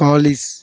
Kallis